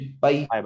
bye